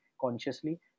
consciously